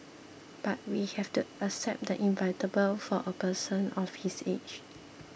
but we have to accept the inevitable for a person of his age